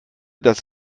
das